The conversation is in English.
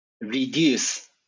reduce